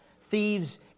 thieves